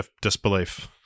disbelief